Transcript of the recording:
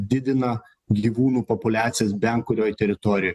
didina gyvūnų populiacijas bent kurioj teritorijoj